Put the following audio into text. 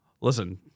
listen